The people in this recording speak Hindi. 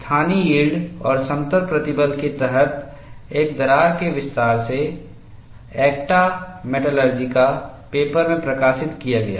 स्थानीय यील्ड और समतल प्रतिबल के तहत एक दरार के विस्तार से एक्टा मेटालर्जिका पेपर में प्रकाशित किया गया